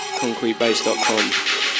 concretebase.com